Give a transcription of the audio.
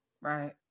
Right